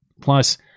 Plus